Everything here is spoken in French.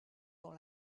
dans